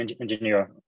engineer